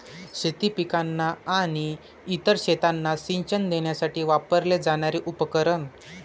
शेती पिकांना आणि इतर शेतांना सिंचन देण्यासाठी वापरले जाणारे उपकरण